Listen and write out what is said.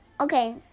Okay